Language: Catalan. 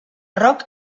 roc